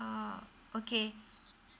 oh okay